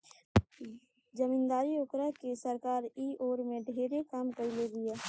जमीदारी ओरवा के सरकार इ ओर में ढेरे काम कईले बिया